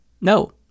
No